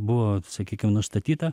buvo sakykim nustatyta